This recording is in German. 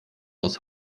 aus